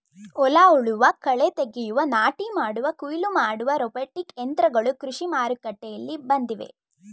ಹೊಲ ಉಳುವ, ಕಳೆ ತೆಗೆಯುವ, ನಾಟಿ ಮಾಡುವ, ಕುಯಿಲು ಮಾಡುವ ರೋಬೋಟಿಕ್ ಯಂತ್ರಗಳು ಕೃಷಿ ಮಾರುಕಟ್ಟೆಯಲ್ಲಿ ಬಂದಿವೆ